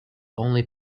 only